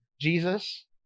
Jesus